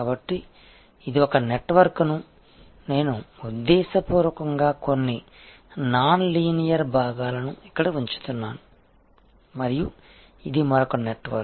కాబట్టి ఇది ఒక నెట్వర్క్ నేను ఉద్దేశపూర్వకంగా కొన్ని నాన్ లీనియర్ భాగాలను ఇక్కడ ఉంచుతున్నాను మరియు ఇది మరొక నెట్వర్క్